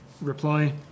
reply